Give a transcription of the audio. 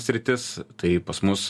sritis tai pas mus